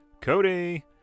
Cody